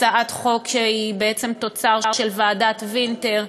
הצעת חוק שהיא תוצר של ועדת וינטר.